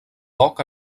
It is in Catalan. poc